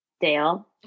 Dale